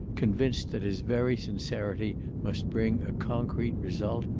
convinced that his very sincerity must bring a concrete result,